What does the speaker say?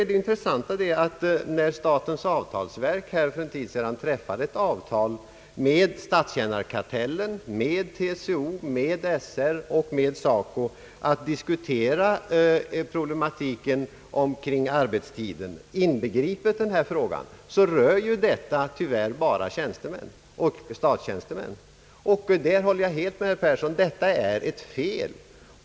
Det intressanta är att när statens avtalsverk för en tid sedan träffade ett avtal med statstjänarkartellen, med TCO, SR och SACO och då diskuterade problematiken omkring arbetstiden, inbegripet denna fråga, så rörde detta tyvärr bara statstjänstemän. Jag håller helt med herr Persson om att detta är ett fel.